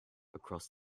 across